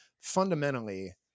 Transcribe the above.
fundamentally